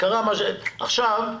עכשיו,